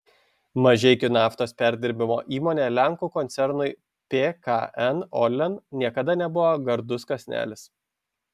mažeikių naftos perdirbimo įmonė lenkų koncernui pkn orlen niekada nebuvo gardus kąsnelis